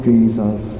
Jesus